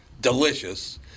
Delicious